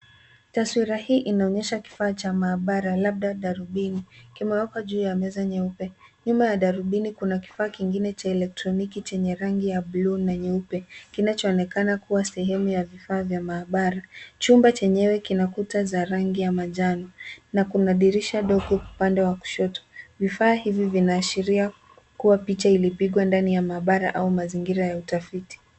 Taswira hii inaonyesha kifaa cha maabara, labda darubini. Kimewekwa juu ya meza nyeupe. Nyuma ya darubini kuna kifaa kingine cha elektroniki chenye rangi ya bluu na nyeupe, kinachoonekana kuwa sehemu ya vifaa vya maabara. Chumba chenyewe kina kuta za rangi ya manjano, na kuna dirisha dogo upande wa kushoto. Vifaa hivi vinaashiria kuwa picha ilipigwa ndani ya mabara au mazingira ya utafiti.